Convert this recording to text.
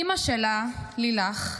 אימא שלה, לילך,